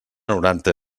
noranta